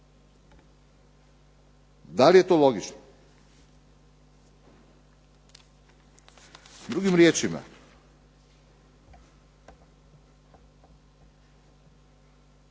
Da li je to logično? Drugim riječima